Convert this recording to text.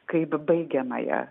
kaip baigiamąją